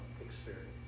experience